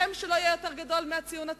השם שלו יהיה יותר גדול מהציון עצמו.